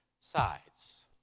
sides